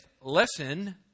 lesson